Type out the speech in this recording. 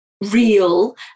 real